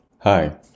Hi